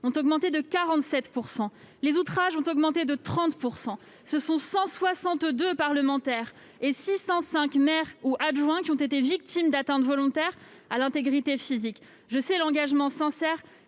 ont augmenté de 47 % et les outrages de 30 %. Ce sont 162 parlementaires et 605 maires ou adjoints qui ont été victimes d'atteinte volontaire à l'intégrité physique. Je connais l'engagement sincère